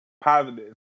positive